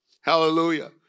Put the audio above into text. Hallelujah